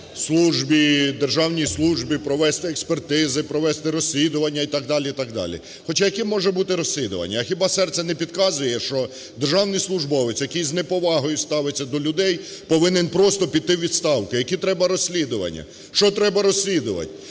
Державній службі провести експертизи, провести розслідування і так далі, і так далі. Хоча яке може бути розслідування? А хіба серце не підказує, що державний службовець, який з неповагою ставиться до людей, повинен просто піти у відставку. Які треба розслідування? Що треба розслідувати?